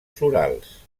florals